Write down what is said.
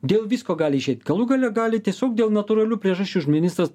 dėl visko gali išeit galų gale gali tiesiog dėl natūralių priežasčių ministras